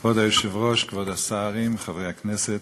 כבוד היושב-ראש, כבוד השרים, חברי הכנסת,